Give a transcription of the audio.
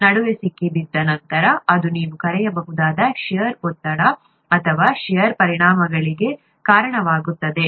ನಡುವೆ ಸಿಕ್ಕಿಬಿದ್ದ ನಂತರ ಅದು ನೀವು ಕರೆಯಬಹುದಾದ ಷೇರ್ ಒತ್ತಡ ಅಥವಾ ಷೇರ್ ಪರಿಣಾಮಗಳಿಗೆ ಕಾರಣವಾಗುತ್ತದೆ